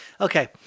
Okay